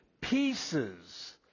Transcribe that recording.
pieces